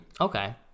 Okay